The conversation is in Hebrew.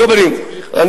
אני